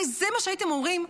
הרי זה מה שהייתם אומרים,